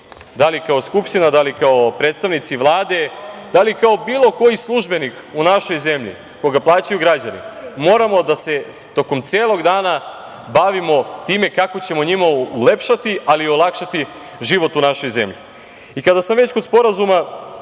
da li kao Skupština, da li kao predstavnici Vlade, da li kao bilo koji službenik u našoj zemlji koga plaćaju građani, moramo da se tokom celog dana bavimo time kako ćemo njima ulepšati, ali i olakšati život u našoj zemlji. Kada sam već kod sporazuma,